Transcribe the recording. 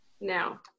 Now